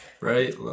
right